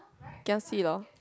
kiasi loh